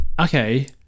Okay